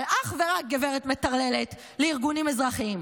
אבל אך ורק, גברת מטרללת, לארגונים אזרחיים.